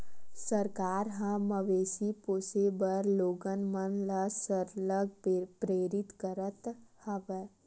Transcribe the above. सरकार ह मवेशी पोसे बर लोगन मन ल सरलग प्रेरित करत हवय